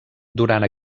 durant